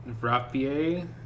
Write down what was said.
Rapier